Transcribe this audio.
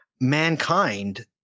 mankind